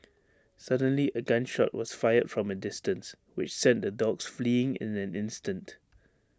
suddenly A gun shot was fired from A distance which sent the dogs fleeing in an instant